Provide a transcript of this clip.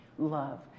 love